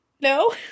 no